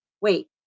wait